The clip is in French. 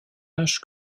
âge